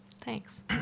Thanks